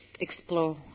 explore